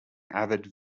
avid